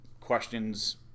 questions